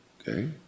Okay